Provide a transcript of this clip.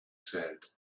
said